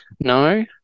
No